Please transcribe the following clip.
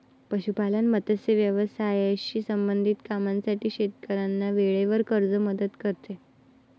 पशुपालन, मत्स्य व्यवसायाशी संबंधित कामांसाठी शेतकऱ्यांना वेळेवर कर्ज मदत करते